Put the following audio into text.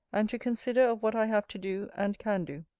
and to consider of what i have to do, and can do.